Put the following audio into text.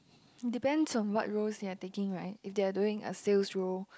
depends on what roles they are taking right if they're doing a sales role